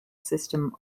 system